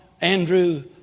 Andrew